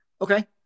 Okay